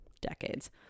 decades